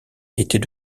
était